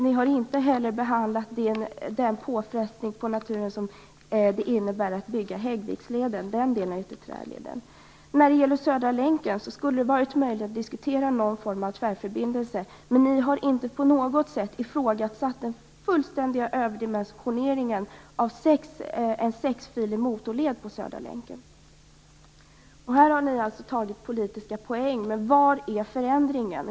Ni har inte heller behandlat den påfrestning på naturen som det innebär att bygga Det skulle ha varit möjligt att diskutera någon form av tvärförbindelse i samband med Södra länken. Men ni har inte på något sätt ifrågasatt den fullständiga överdimensioneringen med en sexfilig motorled på Södra länken. Här har ni alltså tagit politiska poäng, men var är förändringen?